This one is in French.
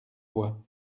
voix